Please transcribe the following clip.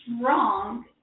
wrong